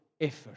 effort